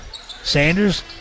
Sanders